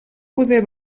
poder